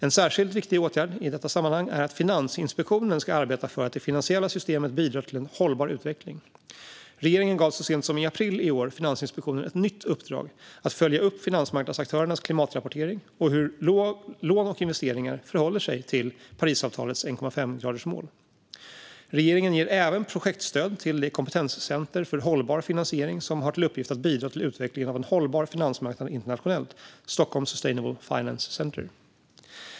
En särskilt viktig åtgärd i detta sammanhang är att Finansinspektionen ska arbeta för att det finansiella systemet ska bidra till en hållbar utveckling. Regeringen gav så sent som i april i år Finansinspektionen ett nytt uppdrag att följa upp finansmarknadsaktörernas klimatrapportering samt hur lån och investeringar förhåller sig till Parisavtalets 1,5-gradersmål. Regeringen ger även projektstöd till det kompetenscenter för hållbar finansiering som har till uppgift att bidra till utvecklingen av en hållbar finansmarknad internationellt, Stockholm Sustainable Finance Centre.